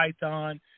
Python